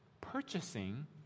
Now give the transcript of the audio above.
purchasing